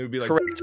Correct